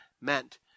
meant